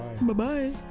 Bye-bye